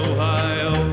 Ohio